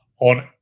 on